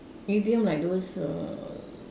idiom like those err